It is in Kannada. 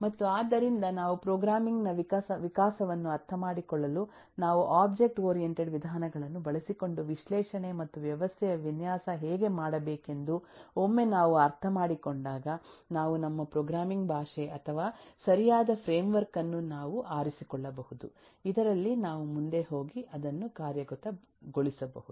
ಮತ್ತು ಆದ್ದರಿಂದ ನಾವು ಪ್ರೋಗ್ರಾಮಿಂಗ್ ನ ವಿಕಾಸವನ್ನು ಅರ್ಥಮಾಡಿಕೊಳ್ಳಲು ನಾವು ಒಬ್ಜೆಕ್ಟ್ ಓರಿಯೆಂಟೆಡ್ ವಿಧಾನಗಳನ್ನು ಬಳಸಿಕೊಂಡು ವಿಶ್ಲೇಷಣೆ ಮತ್ತು ವ್ಯವಸ್ಥೆಯ ವಿನ್ಯಾಸ ಹೇಗೆ ಮಾಡಬೇಕೆಂದು ಒಮ್ಮೆ ನಾವು ಅರ್ಥಮಾಡಿಕೊಂಡಾಗ ನಾವು ನಮ್ಮ ಪ್ರೋಗ್ರಾಮಿಂಗ್ ಭಾಷೆ ಅಥವಾ ಸರಿಯಾದ ಫ್ರೇಮ್ವರ್ಕ್ ಅನ್ನು ನಾವು ಆರಿಸಿಕೊಳ್ಳಬಹುದು ಇದರಲ್ಲಿ ನಾವು ಮುಂದೆ ಹೋಗಿ ಅದನ್ನು ಕಾರ್ಯಗತಗೊಳಿಸಬಹುದು